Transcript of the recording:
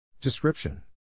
Description